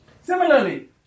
Similarly